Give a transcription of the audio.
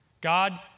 God